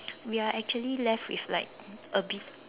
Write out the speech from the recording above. we are actually left with like a bit